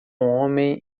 homem